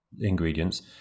ingredients